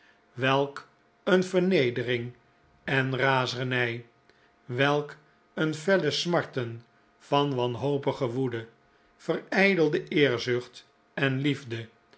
welk een vernedering en razernij welk een felle smarten van wanhopige woede verijdelde eerzucht en liefde